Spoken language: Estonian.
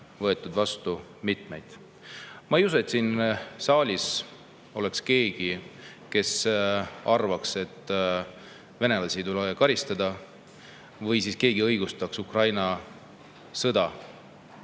Liidus vastu võetud. Ma ei usu, et siin saalis oleks kedagi, kes arvaks, et venelasi ei tule karistada, või et keegi õigustaks Ukraina sõda.